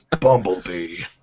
Bumblebee